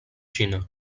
xina